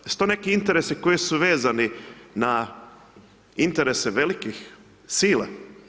Jesu to neki interesi koji su vezani na interese velikih sila?